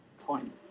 point